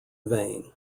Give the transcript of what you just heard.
vain